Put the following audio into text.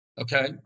okay